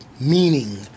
Meaning